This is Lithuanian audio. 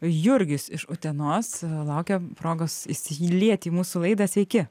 jurgis iš utenos laukia progos įsilieti į mūsų laidą sveiki